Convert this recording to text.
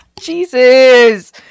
Jesus